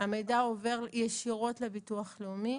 המידע עובר ישירות לביטוח הלאומי.